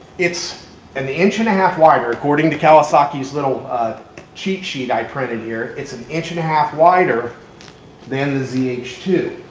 it's an inch and a half wider according to kawasaki's little cheat sheet that i printed here. it's an inch and a half wider than the z h two,